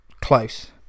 close